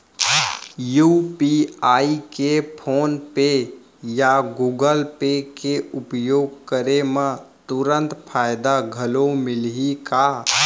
UPI के PhonePe या Google Pay के उपयोग करे म तुरंत फायदा घलो मिलही का?